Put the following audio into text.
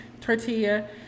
tortilla